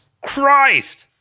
christ